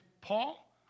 Paul